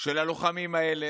של הלוחמים האלה,